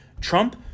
Trump